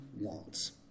wants